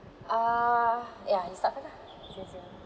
uh yeah you start first ah it's easier